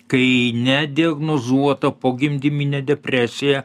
kai nediagnozuota pogimdyminė depresija